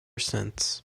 since